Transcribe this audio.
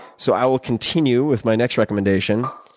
so i will continue with my next recommendation.